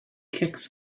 kicks